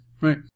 Right